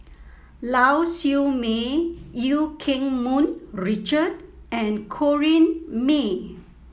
Lau Siew Mei Eu Keng Mun Richard and Corrinne May